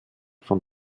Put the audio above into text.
von